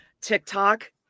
TikTok